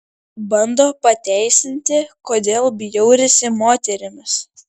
bando pateisinti kodėl bjaurisi moterimis